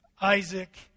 Isaac